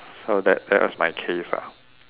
so that that was my case ah